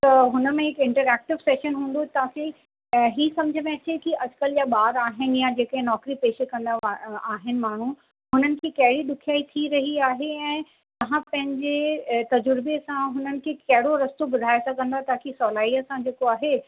त हुन में हिकु इंटरएक्टिव सेशन हूंदो ताकि ही समुझ में अचे कि अॼुकल्ह जा ॿार आहिनि या जेके नौकिरी पेशे करनि वा आहिनि माण्हू हुननि खे कहिड़ी ॾुखयाई थी रही आहे ऐं तव्हां पंहिंजे तजुर्बे सां हुननि खे कहिड़ो रस्तो ॿुधाए सघंदा ताकि सवलाईअ सां जेको आहे हू पंहिंजे